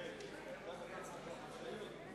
פניתי למזכיר.